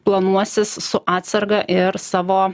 planuosis su atsarga ir savo